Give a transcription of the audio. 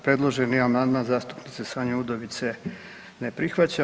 Predloženi amandman zastupnice Sanje Udović se ne prihvaća.